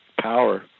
power